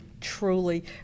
truly